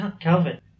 calvin